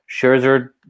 Scherzer